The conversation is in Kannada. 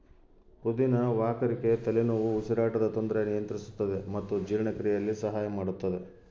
ಪುದಿನ ವಾಕರಿಕೆ ತಲೆನೋವು ಉಸಿರಾಟದ ತೊಂದರೆ ನಿಯಂತ್ರಿಸುತ್ತದೆ ಮತ್ತು ಜೀರ್ಣಕ್ರಿಯೆಯಲ್ಲಿ ಸಹಾಯ ಮಾಡುತ್ತದೆ